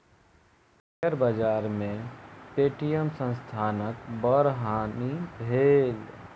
share बाजार में Paytm संस्थानक बड़ हानि भेल